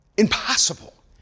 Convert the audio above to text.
impossible